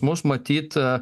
mus matyt